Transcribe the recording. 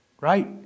right